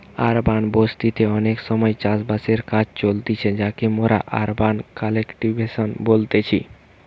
urban বসতি তে অনেক সময় চাষ বাসের কাজ চলতিছে যাকে মোরা আরবান কাল্টিভেশন বলতেছি